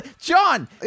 John